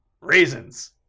raisins